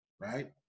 right